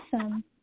Awesome